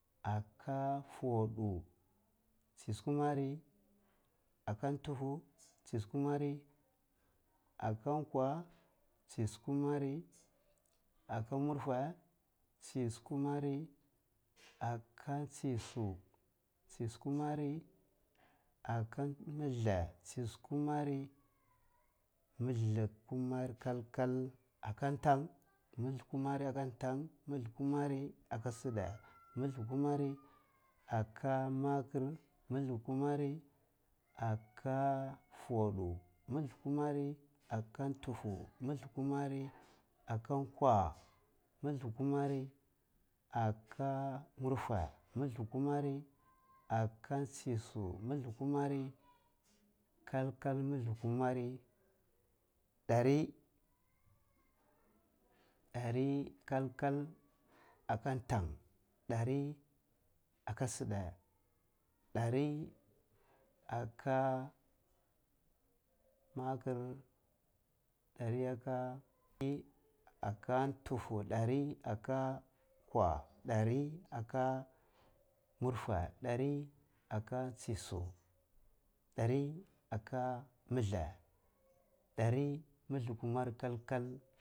Aka fotu, tsisu kumara aka ndufu, tsisu kuma aka kwuwa, tsisu kumara aka murfwe, tsisul kumara aka tsisu, tsisu kumara aka milthla, tsisu kumara milthla kuma kal kal, aka tang milthla aka tang, milthla kumara aka si’idta milthla kumara aka maker, milthla kumara aka fotu, milthla kumara aka ndufu, miltla kumara aka kwuwa, milthla kumara aka murfwe, milthla kumara aka tsisu, milthla kumara kal kal, milthla kumara dari-dari kal kal aka tang, dai aka tang, dari aka si’dta, dai aka maker, dari aka ndutu, dari aka kwuwa, dari aka murfwe, dari aka tsisu, dari aka milthla, dari milthla kumara kal kal.